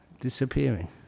disappearing